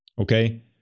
okay